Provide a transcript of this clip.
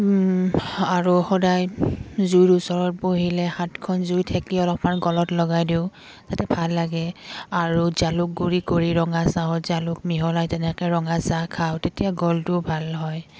আৰু সদায় জুইৰ ওচৰত বহিলে হাতখন জুইত সেকি অলপমান গলত লগাই দিওঁ যাতে ভাল লাগে আৰু জালুক গুড়ি কৰি ৰঙা চাহত জালুক মিহলাই তেনেকৈ ৰঙা চাহ খাওঁ তেতিয়া গলটো ভাল হয়